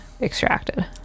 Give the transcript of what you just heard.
extracted